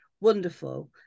wonderful